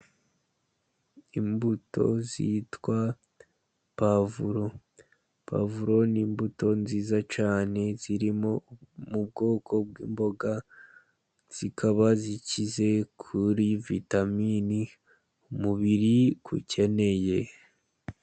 Imbuto zitwa pwavuro. Pwavuro ni imbuto nziza cyane ziri mu bwoko bw'imboga, zikaba zikize kuri vitamini umubiri ukeneye.